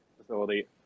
facility